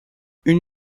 une